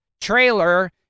trailer